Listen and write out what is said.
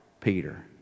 Peter